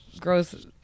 gross